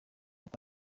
kuko